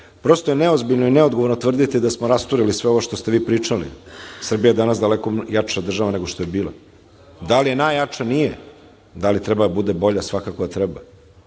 je neozbiljno i neodgovorno tvrditi da samo rasturili sve ovo što ste vi pričali. Srbija je danas daleko jača država nego što je bila. Da li je najjača? Nije. Da li treba da bude bolja? Svakako da treba.